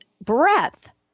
breath